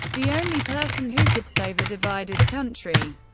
the only person who could save a divided country.